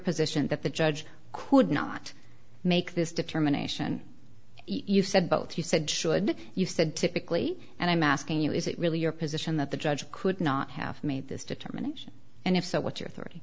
position that the judge could not make this determination you said both you said should you said typically and i'm asking you is it really your position that the judge could not have made this determination and if so what you're thir